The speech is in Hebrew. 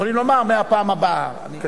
שיכולים לומר: מהפעם הבאה.